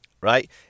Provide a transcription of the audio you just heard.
right